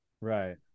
Right